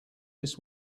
this